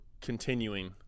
continuing